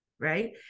right